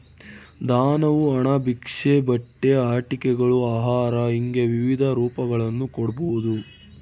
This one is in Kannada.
ದಾನವು ಹಣ ಭಿಕ್ಷೆ ಬಟ್ಟೆ ಆಟಿಕೆಗಳು ಆಹಾರ ಹಿಂಗೆ ವಿವಿಧ ರೂಪಗಳನ್ನು ಕೊಡ್ಬೋದು